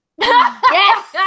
Yes